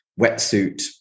wetsuit